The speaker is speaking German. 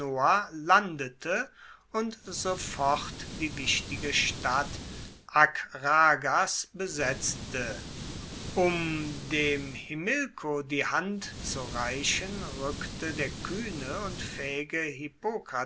landete und sofort die wichtige stadt akragas besetzte um dem himilko die hand zu reichen rueckte der kuehne und faehige